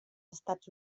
estats